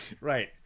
Right